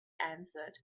answered